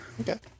Okay